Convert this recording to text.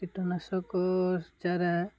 କୀଟନାଶକ ଚାରା